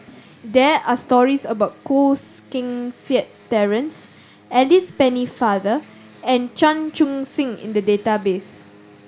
there are stories about Koh Seng Kiat Terence Alice Pennefather and Chan Chun Sing in the database